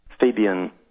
Fabian